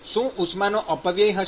શું ઉષ્માનો અપવ્યય થશે